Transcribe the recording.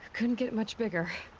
couldn't get much bigger!